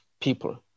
people